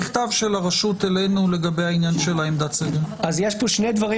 מכתב של הרשות אלינו לגבי העניין של עמדת סגל --- יש פה שני דברים,